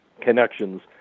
connections